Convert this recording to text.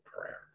prayer